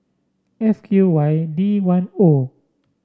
F Q Y D one O